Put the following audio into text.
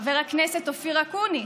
חבר הכנסת אופיר אקוניס,